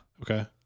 Okay